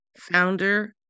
founder